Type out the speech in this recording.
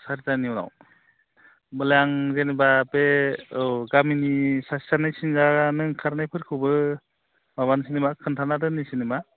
सारिटानि उनाव होमबालाय आं जेनेबा बे औ गामिनि सासे सानै सिनजानो ओंखारनायफोरखौबो माबानोसै नामा खिनथाना दोननोसै नामा